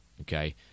okay